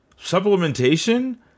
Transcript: supplementation